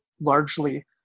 largely